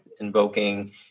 invoking